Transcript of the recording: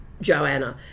Joanna